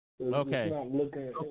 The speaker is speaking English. Okay